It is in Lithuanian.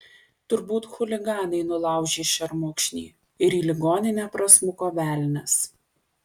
turbūt chuliganai nulaužė šermukšnį ir į ligoninę prasmuko velnias